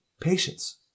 patience